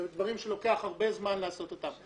אלה דברים שלוקח הרבה זמן לעשות אותם.